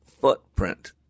footprint